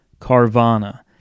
Carvana